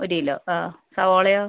ഒരു കിലോ ആ സവോളയോ